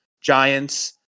giants